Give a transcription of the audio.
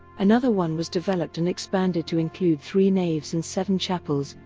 another one was developed and expanded to include three naves and seven chapels,